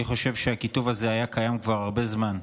אני חושב שהקיטוב היה קיים כבר הרבה מאוד זמן,